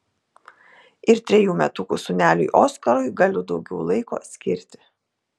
ir trejų metukų sūneliui oskarui galiu daugiau laiko skirti